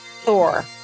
Thor